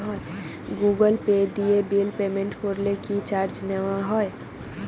Google Pay দিয়ে bill payment করলে কি চার্জ নেওয়া হয়?